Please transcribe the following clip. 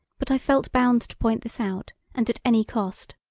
but i felt bound to point this out, and at any cost.